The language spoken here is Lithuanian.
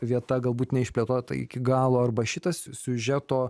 vieta galbūt neišplėtota iki galo arba šitas siužeto